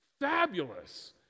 fabulous